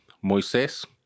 Moisés